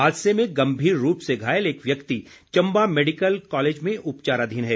हादसे में गम्भीर रूप से घायल एक व्यक्ति चम्बा मैडिकल कॉलेज में उपचाराधीन है